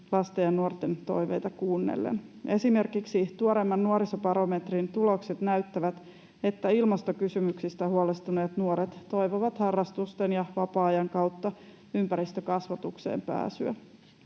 lasten ja nuorten toiveita kuunnellen. Esimerkiksi tuoreimman nuorisobarometrin tulokset näyttävät, että ilmastokysymyksistä huolestuneet nuoret toivovat harrastusten ja vapaa-ajan kautta ympäristökasvatukseen pääsyä.